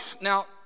now